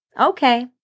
Okay